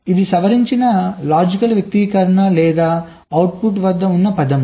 ఇది సవరించిన లాజిక్ వ్యక్తీకరణ లేదా అవుట్పుట్ వద్ద ఉన్న పదం